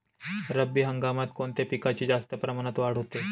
रब्बी हंगामात कोणत्या पिकांची जास्त प्रमाणात वाढ होते?